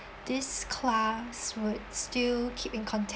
this class would still keep in contact